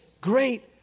great